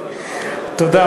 תודה,